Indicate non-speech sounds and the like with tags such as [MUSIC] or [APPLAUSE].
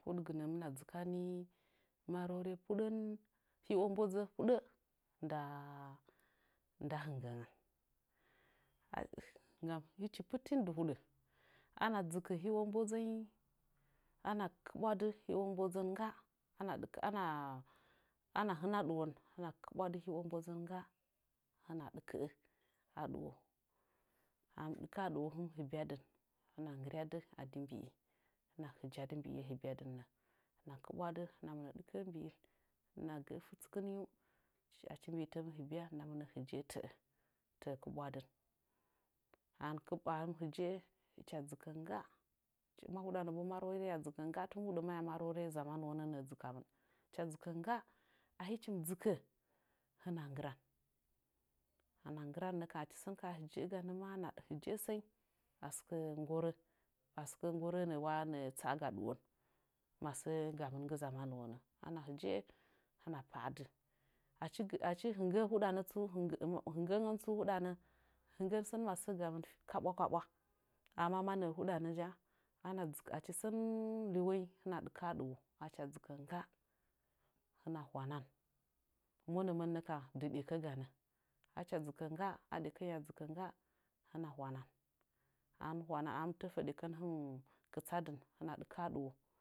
Huɗagɨnə hɨmna dzɨkani murore puɗən hio mbodzə puɗə nda hɨgə ngən [HESITATION] gam hɨchi pɨtin dɨ huɗə ana dzɨkə hio mbodzənyi ana kɨbwadɨ hio mbodzə ngga hɨna ana ana hɨna ɗɨwon hɨna kɨbwa dɨ hio mbodzən ngga lana ɗɨkə'ə a dɨwo ahinɨm dɨkə'ə a ɗɨwo hɨnim hɨbyadɨn hɨn nggɨryadɨ a di mbi'i hɨna hɨjadɨ mbi'iye hɨbya dɨn nə hɨna kɨbwadɨ hina mɨna ɗɨkə'ə mbi'in hɨna gə'ə fɨtɨn nyiu achi mbiitə mɨ hɨbya hɨna mɨ na hɨje'ə tə'ə təə kɨbwadɨn a hɨnim a hɨnim hɨje'ə hɨcha dzɨkə ngga ma huɗanəbo maroren a dzɨkə ngga tɨn huɗɨ maya marore zamanuwonənə'ə dzɨkamɨn hɨcha dzɨkə ngga achɨm dzɨkə hɨna nggɨram ana nggɨranə kam achi sən kaha hɨjə'əganə sən a sɨkə nggorə a sɨkə nggorə nə'əwa tsaga ɗɨwon masə gamɨn nggɨ zamanuwone ana hɨje'ə hɨna padɨ achi achi hɨngə huɗanə tsu [UNINTELLIGIBLE] hɨngə sən masə gamɨn kabwa kabwa amma ma nə'ə huɗanə ja ana dzɨkə achi sən liwo hɨna ɗɨkə a ɗɨwo acha dzɨkə ngga hɨna hwanan monəmə nəkam dɨ ɗekə ganə acha dzɨkə ngga a ɗekənyi a dzɨkə ngga hwanan a hɨnmɨ təfə dekən hɨnim kɨɨsa dɨn hɨna ɗɨkə'ə a ɗiwo.